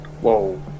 Whoa